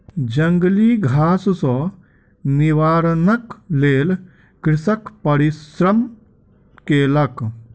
जंगली घास सॅ निवारणक लेल कृषक परिश्रम केलक